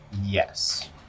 Yes